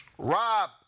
Rob